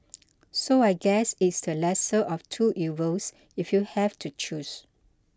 so I guess it's the lesser of two evils if you have to choose